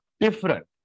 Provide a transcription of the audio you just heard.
different